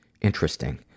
interesting